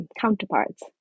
counterparts